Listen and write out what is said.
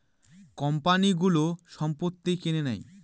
কোম্পানিগুলো সম্পত্তি কিনে নেয়